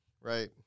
right